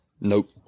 Nope